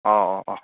ꯑꯣ ꯑꯣ ꯑꯣ